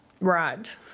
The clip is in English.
right